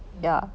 mm